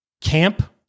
Camp